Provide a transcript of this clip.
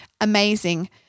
amazing